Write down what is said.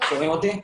אלכס אוסנייה,